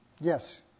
Yes